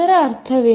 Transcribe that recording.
ಅದರ ಅರ್ಥವೇನು